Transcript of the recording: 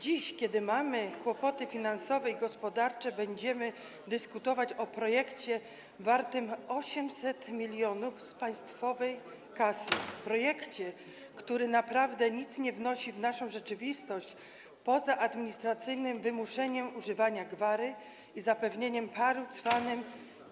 Dziś, kiedy mamy kłopoty finansowe i gospodarcze, będziemy dyskutować o projekcie wartym 800 mln, które mają pochodzić z państwowej kasy, projekcie, który naprawdę nic nie wnosi w naszą rzeczywistość, poza administracyjnym wymuszeniem używania gwary i zapewnieniem paru cwanym